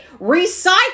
recycle